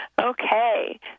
Okay